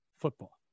football